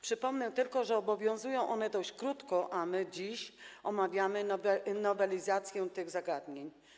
Przypomnę tylko, że obowiązują one dość krótko, a my dziś omawiamy nowelizację tych zagadnień.